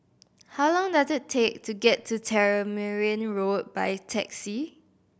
how long does it take to get to Tamarind Road by taxi